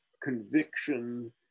conviction